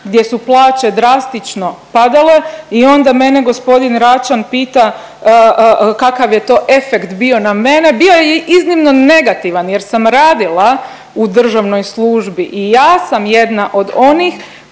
gdje su plaće drastično padale i onda mene g. Račan pita kakav je to efekt bio na mene, bio je iznimno negativan jer sam radila u državnoj službi i ja vam jedna od onih